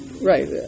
Right